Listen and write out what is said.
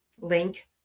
link